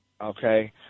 okay